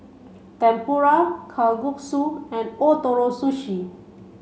Tempura Kalguksu and Ootoro Sushi